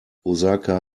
osaka